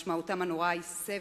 משמעותם הנוראה היא סבל,